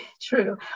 True